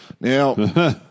Now